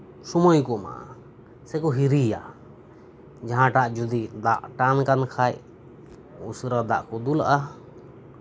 ᱥᱚᱢᱚᱭ ᱠᱚ ᱮᱢᱟᱜᱼᱟ ᱥᱮᱠᱚ ᱦᱤᱨᱤᱭᱟᱜᱼᱟ ᱡᱟᱸᱦᱟᱴᱟᱜ ᱡᱚᱫᱤ ᱫᱟᱜ ᱴᱟᱱ ᱟᱠᱟᱱ ᱠᱷᱟᱱ ᱩᱥᱟᱹᱨᱟ ᱫᱟᱜ ᱠᱚ ᱫᱩᱞ ᱟᱜᱼᱟ